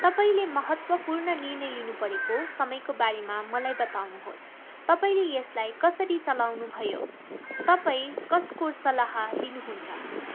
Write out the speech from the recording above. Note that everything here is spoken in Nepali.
तपाईँले महत्त्वपूर्ण निर्णय लिनुपरेको समयको बारेमा मलाई बताउनुहोस् तपाईँले यसलाई कसरी चलाउनु भयो तपाईँ कसको सल्लाह लिनुहुन्छ